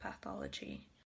pathology